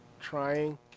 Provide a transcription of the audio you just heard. Trying